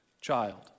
child